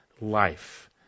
life